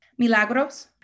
Milagros